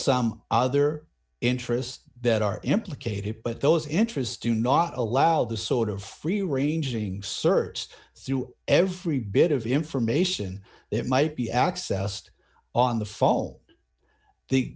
some other interests that are implicated but those interests do not allow the sort of free ranging searched through every bit of information that might be accessed on the fall the